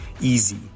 easy